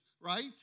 right